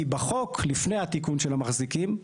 כי בחוק, לפני התיקון של המחזיקים,